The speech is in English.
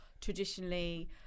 traditionally